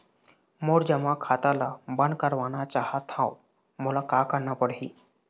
मोर जमा खाता ला बंद करवाना चाहत हव मोला का करना पड़ही?